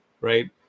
right